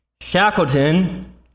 Shackleton